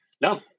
No